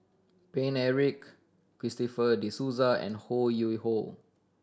Paine Eric Christopher De Souza and Ho Yuen Hoe